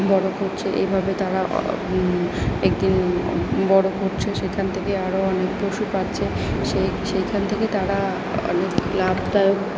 বড় করছে এইভাবে তারা এক দিন বড় করছে সেখান থেকে আরও অনেক পশু পাচ্ছে সেই সেইখান থেকে তারা অনেক লাভদায়ক